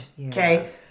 okay